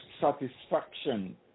satisfaction